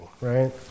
right